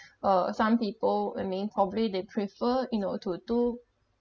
uh some people I mean probably they prefer you know to to